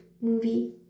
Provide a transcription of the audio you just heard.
movie